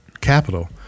capital